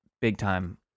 big-time